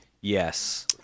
Yes